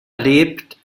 lebt